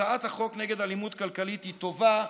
הצעת החוק נגד אלימות כלכלית היא טובה,